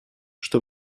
что